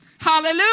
Hallelujah